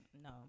no